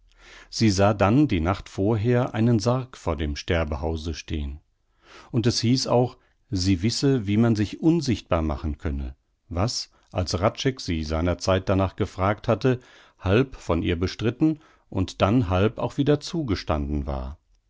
sie sah dann die nacht vorher einen sarg vor dem sterbehause stehn und es hieß auch sie wisse wie man sich unsichtbar machen könne was als hradscheck sie seinerzeit danach gefragt hatte halb von ihr bestritten und dann halb auch wieder zugestanden war